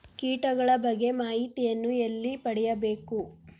ಕೀಟಗಳ ಬಗ್ಗೆ ಮಾಹಿತಿಯನ್ನು ಎಲ್ಲಿ ಪಡೆಯಬೇಕು?